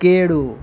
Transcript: કેળું